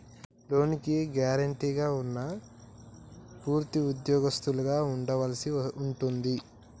లోనుకి గ్యారెంటీగా ఉన్నా పూర్తి ఉద్యోగస్తులుగా ఉండవలసి ఉంటుంది